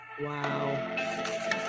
Wow